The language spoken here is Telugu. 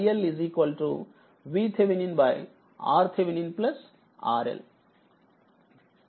అప్పుడుiL VThRTh RL